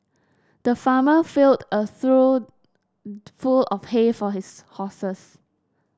the farmer filled a trough full of hay for his horses